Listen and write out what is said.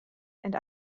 and